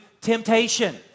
temptation